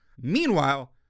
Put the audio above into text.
Meanwhile